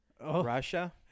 Russia